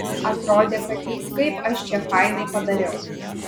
atrodė kad juk kaip aš čia fainai padariau